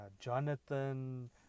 Jonathan